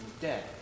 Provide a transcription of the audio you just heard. dead